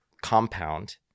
compound